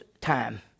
time